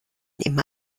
immer